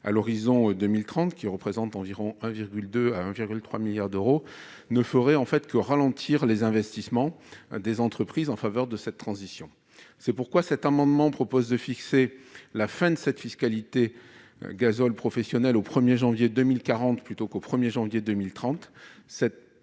à l'horizon de 2030, qui représente environ 1,2 à 1,3 milliard d'euros, ne ferait que ralentir les investissements des entreprises en faveur de cette transition énergétique. Cet amendement vise donc à fixer la fin de la fiscalité relative au gazole professionnel au 1 janvier 2040 plutôt qu'au 1 janvier 2030.